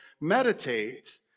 meditate